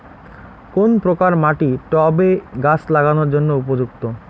কোন প্রকার মাটি টবে গাছ লাগানোর জন্য উপযুক্ত?